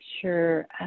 Sure